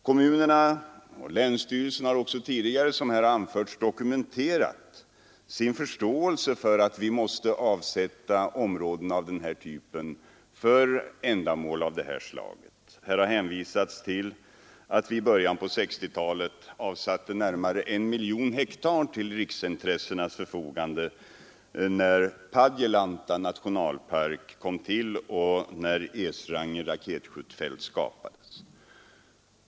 Kommunerna och länsstyrelsen har också tidigare, som här anförts, dokumenterat sin förståelse för att vi måste avsätta områden av den här typen för naturvårdsändamål. Det har i debatten hänvisats till att vi i början av 1960-talet avsatte närmare 1 miljon hektar till riksintressenas förfogande när Padjelanta nationalpark kom till och när Esrange raketskjutfält tillskapades.